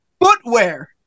footwear